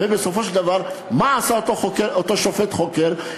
ובסופו של דבר מה עשה אותו שופט חוקר,